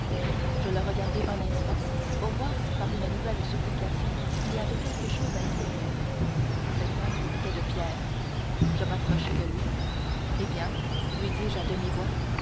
je le regardai un instant pour voir si par une nouvelle supplication il y avait quelque chose à espérer cet homme était de pierre je m'approchai de lui eh bien lui dis-je à